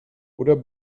oder